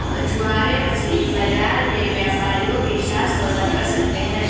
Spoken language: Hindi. मछुआरे मछली बाजार में व्यापारियों के साथ सौदा कर सकते हैं